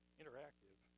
interactive